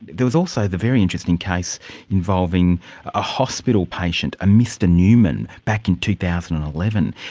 there was also the very interesting case involving a hospital patient, a mr newman back in two thousand and eleven.